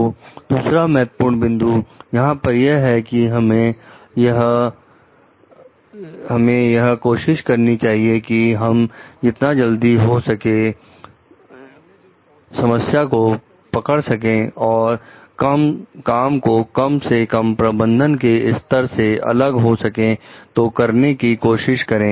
तो दूसरा महत्वपूर्ण बिंदु यहां पर यह है कि हमें यह कोशिश करनी चाहिए कि हम जितना जल्दी हो सके समस्या को पकड़ सके और काम को कम से कम प्रबंधन के स्तर से अगर हो सके तो करने की कोशिश करें